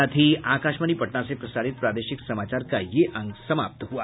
इसके साथ ही आकाशवाणी पटना से प्रसारित प्रादेशिक समाचार का ये अंक समाप्त हुआ